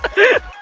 but did